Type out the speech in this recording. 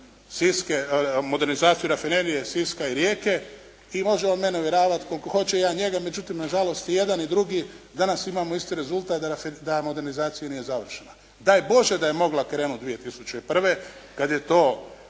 modernizaciju rafinerije Siska i Rijeke i može on mene uvjeravati koliko hoće i ja njega, međutim nažalost i jedan i drugi danas imamo isti rezultat, da modernizacija nije završena. Daj Bože da je mogla krenuti 2001. kad je to